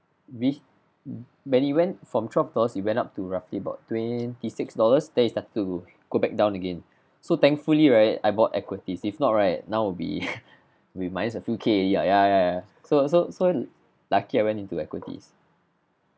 with when it went from twelve dollars it went up to roughly about twenty six dollars then it started to go back down again so thankfully right I bought equities if not right now would be with minus a few K already ya ya ya so so so lucky I went into equities